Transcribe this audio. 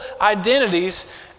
identities